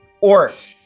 Ort